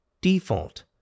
Default